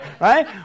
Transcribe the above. right